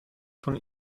von